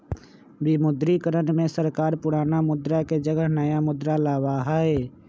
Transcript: विमुद्रीकरण में सरकार पुराना मुद्रा के जगह नया मुद्रा लाबा हई